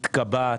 מתקבעת,